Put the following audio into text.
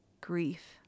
grief